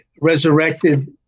resurrected